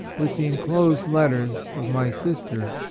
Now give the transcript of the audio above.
with the enclosed letters of my sister,